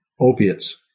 opiates